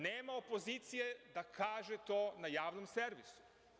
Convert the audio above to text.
Nema opozicije da kaže to na javnom servisu.